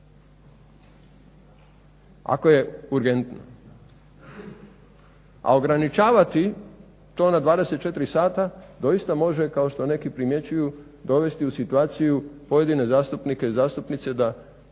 ako je urgentno. A ograničavati to na 24 sata, doista može kao što neki primjećuju dovesti u situaciju pojedine zastupnike i zastupnice da u